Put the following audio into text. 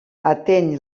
ateny